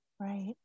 Right